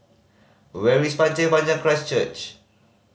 where is Pasir Panjang Christ Church